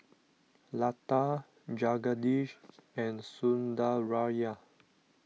Lata Jagadish and Sundaraiah